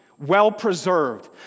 well-preserved